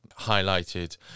highlighted